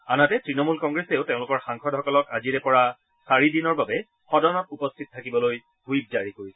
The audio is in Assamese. আনহাতে তৃণমূল কংগ্ৰেছেও তেওঁলোকৰ সাংসদসকলক আজিৰেপৰা চাৰিদিনৰ বাবে সদনত উপস্থিত থাকিবলৈ হুইপ জাৰি কৰিছে